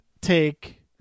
take